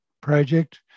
project